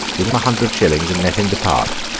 give him a hundred shillings, and let him depart